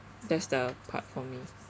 that's the part for me